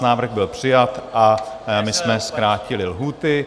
Návrh byl přijat a my jsme zkrátili lhůty.